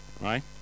right